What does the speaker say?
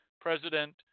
President